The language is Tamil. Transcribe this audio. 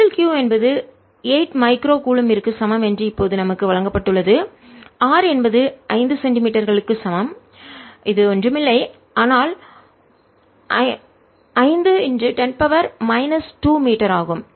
Q என்பது 8 மைக்ரோ கூலம்பிற்கு சமம் என்று இப்போது நமக்கு வழங்கப்பட்டுள்ளது r என்பது 5 சென்டிமீட்டர் களுக்கு சமம் இது ஒன்றுமில்லை ஆனால் 5 10 2 மீட்டர் ஆகும்